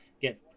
get